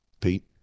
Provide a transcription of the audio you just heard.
pete